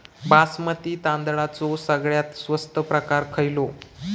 बासमती तांदळाचो सगळ्यात स्वस्त प्रकार खयलो?